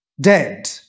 dead